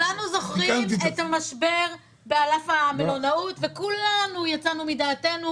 כולנו זוכרים את המשבר בענף המלונאות וכולנו יצאנו מדעתנו